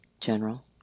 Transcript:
General